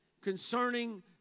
concerning